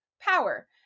power